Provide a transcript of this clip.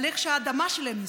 איך שהאדמה שלהם נשרפת?